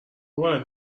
باید